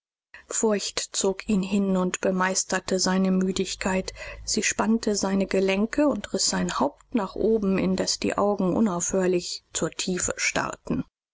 furcht zog ihn hin und bemeisterte seine müdigkeit sie spannte seine gelenke und riß sein haupt nach oben indes die augen unaufhörlich zur tiefe starrten